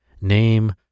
name